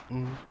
mm